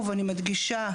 מדגישה,